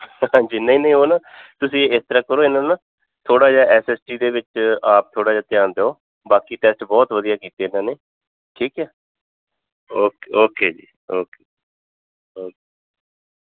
ਹਾਂਜੀ ਨਹੀਂ ਨਹੀਂ ਉਹ ਨਾ ਤੁਸੀਂ ਇਸ ਤਰ੍ਹਾਂ ਕਰੋ ਇਹਨਾਂ ਨੂੰ ਥੋੜ੍ਹਾ ਜਿਹਾ ਐਸ ਐਸ ਟੀ ਦੇ ਵਿੱਚ ਆਪ ਥੋੜ੍ਹਾ ਜਿਹਾ ਧਿਆਨ ਦਿਓ ਬਾਕੀ ਟੈਸਟ ਬਹੁਤ ਵਧੀਆ ਕੀਤੇ ਇਹਨਾਂ ਨੇ ਠੀਕ ਹੈ ਓਕੇ ਓਕੇ ਜੀ ਓਕੇ ਓਕ